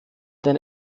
denn